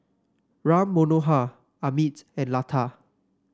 Ram Manohar Amit and Lata